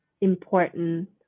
important